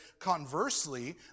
conversely